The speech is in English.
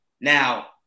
now